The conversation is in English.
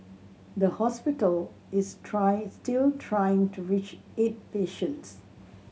the hospital is trying still trying to reach eight patients